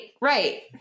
right